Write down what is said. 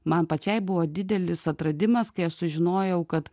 man pačiai buvo didelis atradimas kai aš sužinojau kad